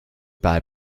buy